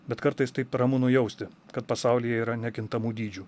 bet kartais taip ramu nujausti kad pasaulyje yra nekintamų dydžių